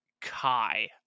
Kai